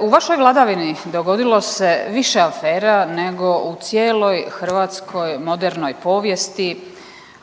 u vašoj vladavini dogodilo se više afera nego u cijeloj hrvatskoj modernoj povijesti,